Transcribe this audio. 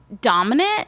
dominant